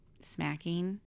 smacking